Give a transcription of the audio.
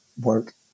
work